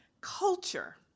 Culture